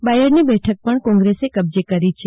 બાયડની બેઠક પણ કોંગ્રેસે કબજે કરી છે